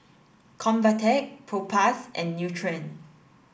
Convatec Propass and Nutren